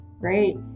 Great